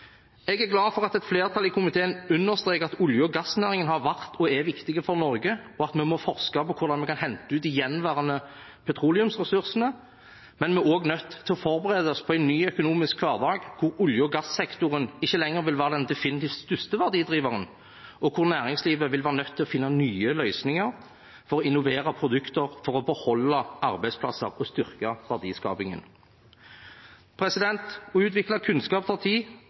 Jeg er glad for at et flertall i komiteen understreker at olje- og gassnæringen har vært og er viktig for Norge, og at vi må forske på hvordan vi kan hente ut de gjenværende petroleumsressursene. Men vi er også nødt til å forberede oss på en ny økonomisk hverdag hvor olje- og gassektoren ikke lenger vil være den definitivt største verdidriveren, og hvor næringslivet vil være nødt til å finne nye løsninger for å innovere produkter for å beholde arbeidsplasser og styrke verdiskapingen. Å utvikle kunnskap tar tid.